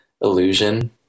illusion